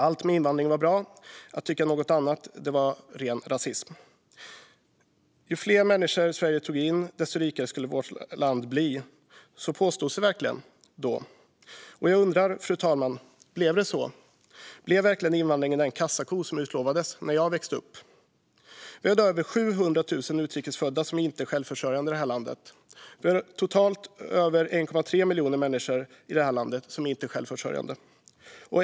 Allt med invandring var bra, och att tycka något annat var rasism. Ju fler människor Sverige tog in, desto rikare skulle vårt land bli. Så påstods det verkligen. Fru talman! Blev det så? Blev invandringen verkligen den kassako som utlovades när jag växte upp? Sverige har i dag över 700 000 utrikes födda som inte är självförsörjande. Totalt är över 1,3 miljoner människor i landet inte självförsörjande.